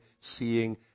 seeing